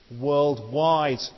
worldwide